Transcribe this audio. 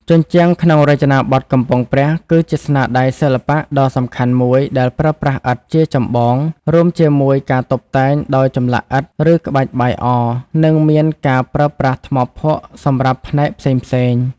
ជញ្ជាំងក្នុងរចនាបថកំពង់ព្រះ គឺជាស្នាដៃសិល្បៈដ៏សំខាន់មួយដែលប្រើប្រាស់ឥដ្ឋជាចម្បង រួមជាមួយការតុបតែងដោយចម្លាក់ឥដ្ឋ ឬក្បាច់បាយអរ និងមានការប្រើប្រាស់ថ្មភក់សម្រាប់ផ្នែកពិសេសៗ។